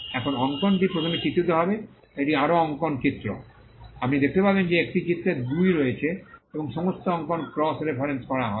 এখন অঙ্কনটি প্রথমে চিত্রিত হবে এটি আরও অঙ্কন চিত্র 1 এবং আপনি দেখতে পাবেন যে একটি চিত্র 2 রয়েছে এবং সমস্ত অঙ্কন ক্রস রেফারেন্স করা হবে